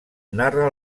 narra